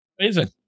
amazing